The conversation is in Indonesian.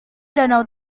danau